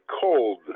cold